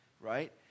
right